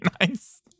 nice